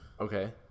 Okay